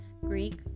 greek